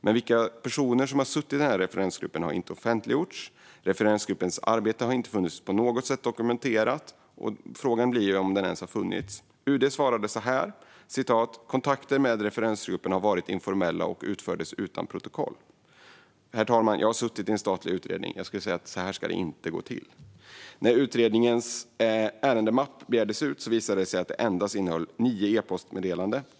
Men vilka personer som suttit i referensgruppen har inte offentliggjorts, och dess arbete har inte på något sätt dokumenterats. Frågan blir om den ens har funnits. UD svarade så här: Kontakterna med referensgruppen har varit informella och utfördes utan protokoll. Herr talman! Jag har suttit i en statlig utredning. Jag skulle vilja säga att så här ska det inte gå till. När utredningens ärendemapp begärdes ut visade det sig att den endast innehöll nio e-postmeddelanden.